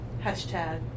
Hashtag